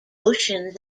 oceans